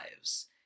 lives